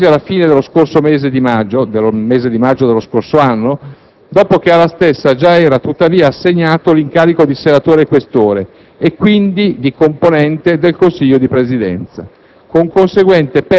Ciò avvenne quasi alla fine del mese di maggio dello scorso anno, dopo che alla stessa già era tuttavia assegnato l'incarico di senatore Questore e, quindi, di componente del Consiglio di Presidenza,